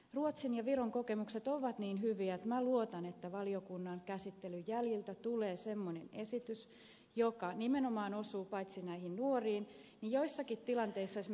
ruotsin ja viron kokemukset ovat niin hyviä että minä luotan että valiokunnan käsittelyn jäljiltä tulee semmoinen esitys joka nimenomaan osuu paitsi näihin nuoriin niin joissakin tilanteissa esimerkiksi kun